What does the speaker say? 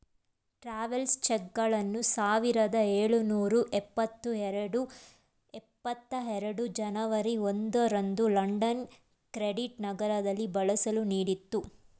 travels ಚೆಕ್ಗಳನ್ನು ಸಾವಿರದ ಎಳುನೂರ ಎಪ್ಪತ್ತ ಎರಡು ಜನವರಿ ಒಂದು ರಂದು ಲಂಡನ್ ಕ್ರೆಡಿಟ್ ನಗರದಲ್ಲಿ ಬಳಸಲು ನೀಡಿತ್ತು